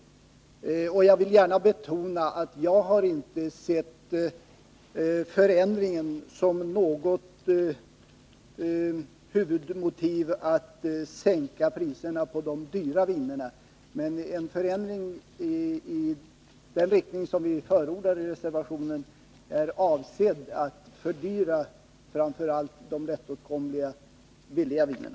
Jag vill gärna betona att jag inte ser förändringen såsom något huvudmotiv för att sänka priserna på de dyra vinerna. Men en förändring i den riktning som vi förordat i reservationen är avsedd att fördyra framför allt de lättåtkomliga billiga vinerna.